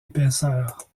épaisseur